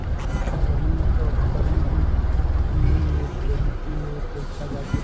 जमीन कअ खरीद फोक्त में बहुते पईसा बाटे